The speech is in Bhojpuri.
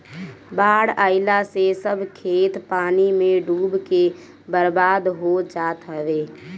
बाढ़ आइला से सब खेत पानी में डूब के बर्बाद हो जात हवे